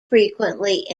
frequently